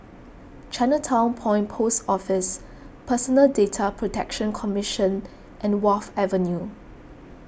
Chinatown Point Post Office Personal Data Protection Commission and Wharf Avenue